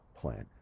plan